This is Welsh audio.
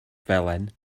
felen